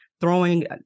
throwing